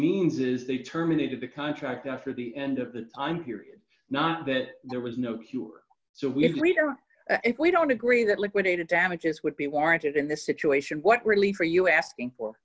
means is they terminated the contract after the end of the i'm here not that there was no cure so we agreed if we don't agree that liquidated damages would be warranted in this situation what relief are you asking for